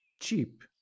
cheap